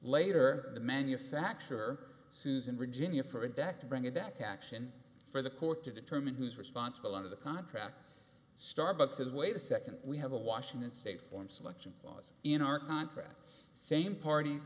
later the manufacturer susan virginia for it back to bring it back to action for the court to determine who's responsible under the contract starbucks and wait a second we have a washington state form selection laws in our contract same parties